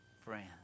friends